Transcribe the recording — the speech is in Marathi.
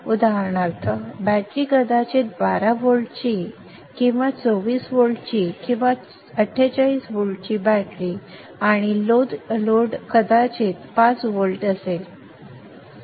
उदाहरणार्थ बॅटरी कदाचित 12 व्होल्टची बॅटरी किंवा 24 व्होल्टची बॅटरी किंवा 48 व्होल्टची बॅटरी आणि लोड कदाचित 5 व्होल्ट लोड असेल